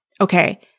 okay